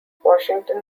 washington